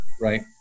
right